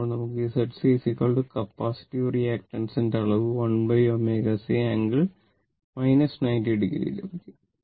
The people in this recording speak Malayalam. അപ്പോൾ നമുക്ക് Z C കപ്പാസിറ്റീവ് റിയാക്റ്റൻസിന്റെ അളവ് 1ω C ആംഗിൾ 90o ലഭിക്കും